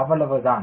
அவ்வளவு தான்